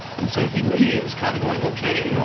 and so he leaves kind of going, okay, yeah